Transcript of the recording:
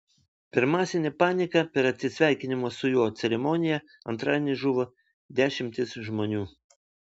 per masinę paniką per atsisveikinimo su juo ceremoniją antradienį žuvo dešimtys žmonių